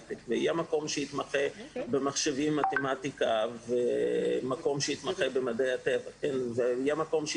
טק ויהיה מקום שיתמחה במחשבים ומתמטיקה ומקום שיתמחה במדעי הטבע והים.